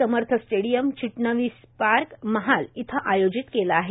समर्थ stadium Chitnis park Mahal इथं आयोजित केला आहे